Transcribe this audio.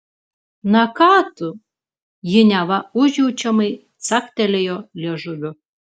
na ką tu ji neva užjaučiamai caktelėjo liežuviu